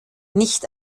nicht